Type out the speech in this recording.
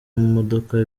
amamodoka